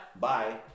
Bye